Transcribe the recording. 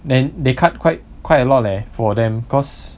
then they cut quite quite a lot leh for them cause